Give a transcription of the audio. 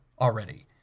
already